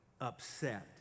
upset